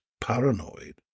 paranoid